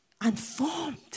unformed